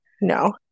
no